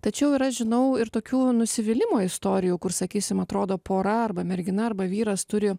tačiau yra žinau ir tokių nusivylimo istorijų kur sakysim atrodo pora arba mergina arba vyras turi